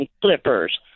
clippers